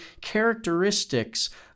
characteristics